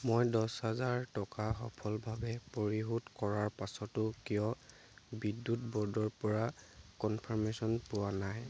মই দহ হাজাৰ টকা সফলভাৱে পৰিশোধ কৰাৰ পাছতো কিয় বিদ্যুৎ ব'ৰ্ডৰপৰা কনফাৰ্মেচন পোৱা নাই